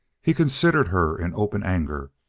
he considered her in open anger.